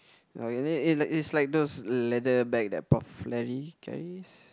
orh it it's like those leather bag that pop lady carries